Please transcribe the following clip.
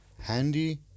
handy